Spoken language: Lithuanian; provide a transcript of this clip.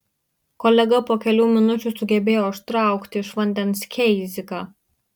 kolega po kelių minučių sugebėjo ištraukti iš vandens keiziką